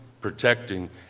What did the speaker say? protecting